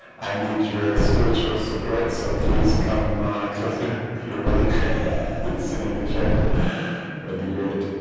i need your spiritual support so please come closer if you're willing, and sit in a chair. that'd be great.